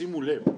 שימו לב,